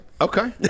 Okay